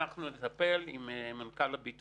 אנחנו חושבים שהמדינה צריכה לשפות